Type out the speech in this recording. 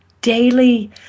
daily